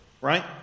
right